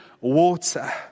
water